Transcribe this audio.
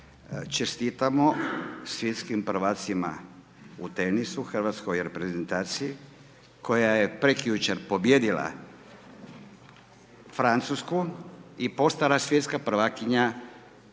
čestitamo svjetskim prvacima u tenisu, Hrvatskoj reprezentaciji, koja je prekjučer pobijedila Francusku i postala svjetska prvakinja u